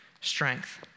strength